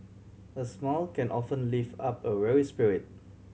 a smile can often lift up a weary spirit